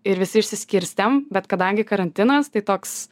ir visi išsiskirstėm bet kadangi karantinas tai toks